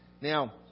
Now